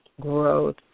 Growth